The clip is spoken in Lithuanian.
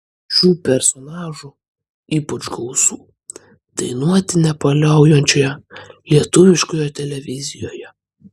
šių personažų ypač gausu dainuoti nepaliaujančioje lietuviškoje televizijoje